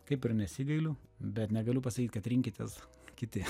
kaip ir nesigailiu bet negaliu pasakyt kad rinkitės kiti